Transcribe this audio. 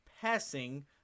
passing